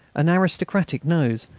an aristocratic nose,